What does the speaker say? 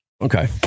Okay